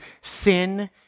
sin